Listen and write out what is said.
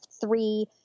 three